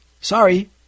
Sorry